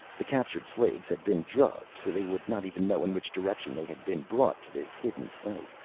the captured slaves had been drugged so they would not even know in which direction they had been brought to this hidden site,